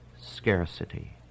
scarcity